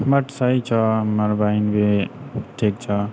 हमर सही छौ हमर बहिन भी ठीक छौ